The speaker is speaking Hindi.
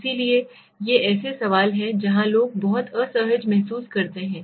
इसलिए ये ऐसे सवाल हैं जहां लोग बहुत असहज महसूस कर रहे हैं